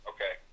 Okay